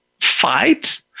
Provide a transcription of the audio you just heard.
fight